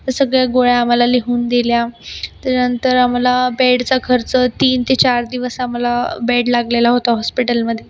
तर सगळ्या गोळ्या आम्हाला लिहून दिल्या त्याच्यानंतर आम्हाला बेडचा खर्च तीन ते चार दिवस आम्हाला बेड लागलेला होता हॉस्पिटलमध्ये